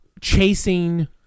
chasing